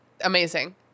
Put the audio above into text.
Amazing